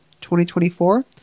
2024